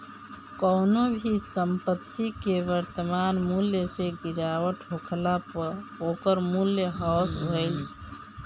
कवनो भी संपत्ति के वर्तमान मूल्य से गिरावट होखला पअ ओकर मूल्य ह्रास भइल